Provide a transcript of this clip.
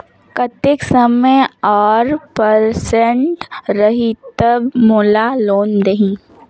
कतेक समय और परसेंट रही तब मोला लोन देही?